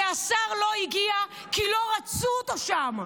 והשר לא הגיע כי לא רצו אותו שם.